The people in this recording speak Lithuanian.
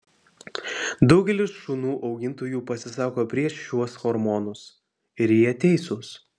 daugelis šunų augintojų pasisako prieš šiuos hormonus ir jie teisūs